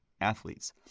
athletes